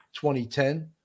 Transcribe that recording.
2010